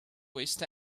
waste